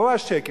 פה השקר.